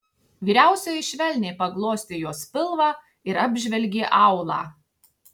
vyriausioji švelniai paglostė jos pilvą ir apžvelgė aulą